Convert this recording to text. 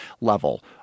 level